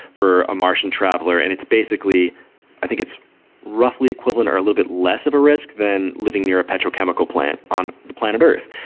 for a martian traveler, and it's basically i think it's roughly equivalent or a little bit less of a risk than living near a petrochemical plant on planet earth.